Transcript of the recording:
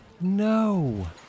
No